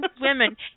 women